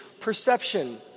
perception